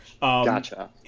Gotcha